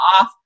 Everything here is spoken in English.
off